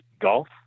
golf